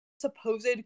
Supposed